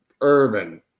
Urban